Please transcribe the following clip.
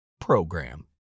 PROGRAM